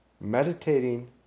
meditating